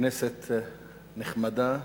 כנסת נחמדה,